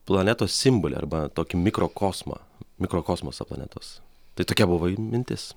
planetos simbolį arba tokį mikrokosmą mikrokosmosą planetos tai tokia buvo mintis